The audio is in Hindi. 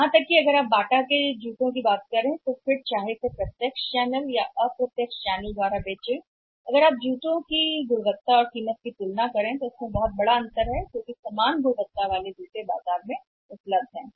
भले ही आप बाटा की बात करें यदि आप तुलना करते हैं तो प्रत्यक्ष चैनल और अप्रत्यक्ष चैनल के माध्यम से बेचे जाने वाले जूते ब्रांडेड हैं जूते की गुणवत्ता और जूते की कीमत में एक बड़ा अंतर है क्योंकि उसी की गुणवत्ता जूते बाजार में उपलब्ध हैं